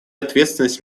ответственность